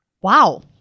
Wow